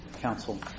counsel